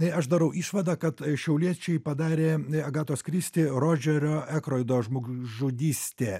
tai aš darau išvadą kad šiauliečiai padarė agatos kristi rodžerio ekroido žmogžudystė